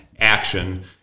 action